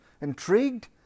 intrigued